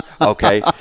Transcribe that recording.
Okay